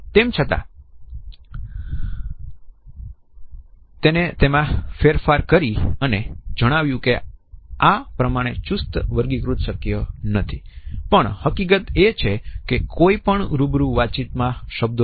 તેમ છતાં પછી તેમાં ફેરફાર કરીને અને જણાવ્યું કે આ પ્રમાણે ચુસ્ત વર્ગીકૃત શક્ય નથી